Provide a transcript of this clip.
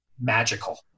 magical